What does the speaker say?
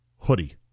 hoodie